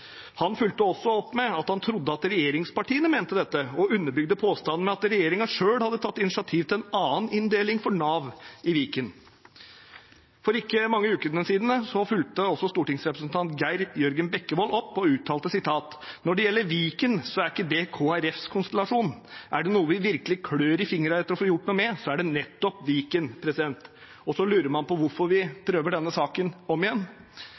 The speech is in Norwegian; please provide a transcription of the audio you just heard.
Han fulgte opp med at han trodde regjeringspartiene mente dette, og underbygde påstanden med at regjeringen selv hadde tatt initiativ til en annen inndeling for Nav i Viken. For ikke mange ukene siden fulgte stortingsrepresentant Geir Jørgen Bekkevold opp, og uttalte: «Når det gjelder Viken, så er ikke det Kristelig Folkepartis konstellasjon. Er det noe vi virkelig klør i fingrene etter å få gjort noe med, så er det nettopp den regionen der.» Og så lurer man på hvorfor vi prøver denne saken om igjen!